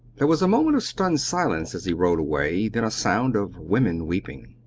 there was a moment of stunned silence as he rode away then a sound of women weeping.